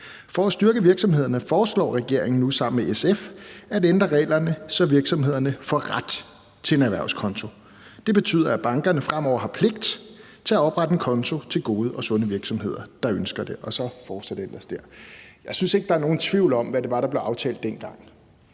For at styrke virksomhederne foreslår regeringen nu sammen med SF at ændre reglerne, så virksomheder får ret til at få en erhvervskonto. Det betyder, at bankerne fremover har pligt til at oprette en konto til gode og sunde virksomheder, der ønsker det.« Og så fortsætter det ellers. Jeg synes ikke, der er nogen tvivl om, hvad det var, der blev aftalt dengang.